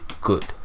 good